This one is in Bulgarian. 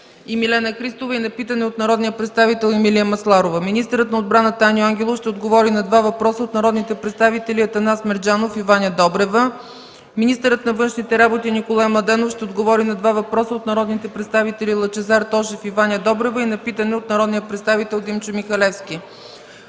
Милена Христова и на питане от народния представител Емилия Масларова. 6. Министърът на отбраната Аню Ангелов ще отговори на два въпроса от народите представители Атанас Мерджанов, и Ваня Добрева. 7. Министърът на външните работи Николай Младенов ще отговори на два въпроса от народните представители Лъчезар Тошев, и Ваня Добрева и на питане от народния представител Димчо Михалевски.